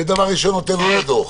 ודבר ראשון נותן לו דוח.